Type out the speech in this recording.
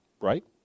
Right